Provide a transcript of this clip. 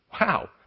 Wow